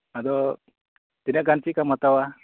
ᱟᱫᱚ ᱛᱤᱱᱟᱹᱜ ᱜᱟᱱ ᱪᱮᱫ ᱞᱮᱠᱟᱢ ᱦᱟᱛᱟᱣᱟ